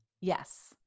Yes